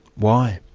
why?